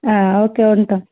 okay ఉంటాము